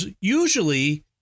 usually